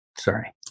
Sorry